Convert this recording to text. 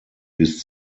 bis